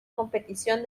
competición